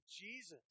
Jesus